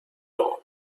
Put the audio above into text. dawn